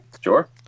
Sure